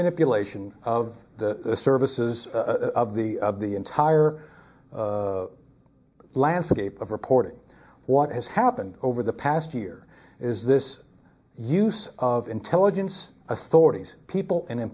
appeal ation of the services of the of the entire landscape of reporting what has happened over the past year is this use of intelligence authorities people in i